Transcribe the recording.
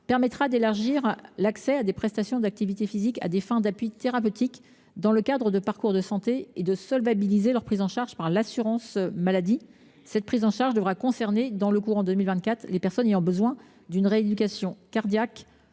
permettra d’élargir l’accès à des prestations d’activité physique à des fins d’appui thérapeutique, dans le cadre de parcours de santé, et de solvabiliser leur prise en charge par l’assurance maladie. Cette prise en charge devra concerner, dans le courant de l’année 2024, les personnes ayant besoin d’une rééducation cardiaque